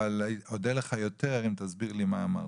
אבל אודה לך יותר אם תסביר לי מה אמרת.